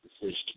decision